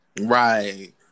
right